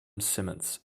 simmons